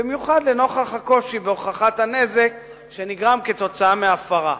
במיוחד לנוכח הקושי בהוכחת הנזק שנגרם כתוצאה מן ההפרה.